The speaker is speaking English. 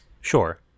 Sure